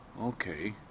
Okay